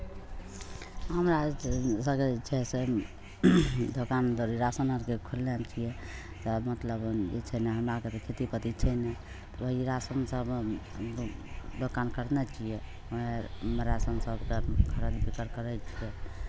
हमरा तऽ सभकेँ छै से दोकान दौरी राशन आरके खोलने छियै तऽ मतलब जे छै ने हमरा आरके तऽ खेती पाती छै नहि तऽ ई राशनसभ दो दोकान करने छियै ओहिमे राशन सभके खरीद बिक्री करै छियै